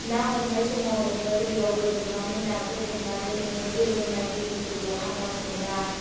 ना हमनाय समाव नोङो दैयाव गोजोमनानै नाखौ हमनानै नोङो गोलोमनाय इरिफोरखौ आन्दाज मोना